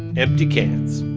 empty cans.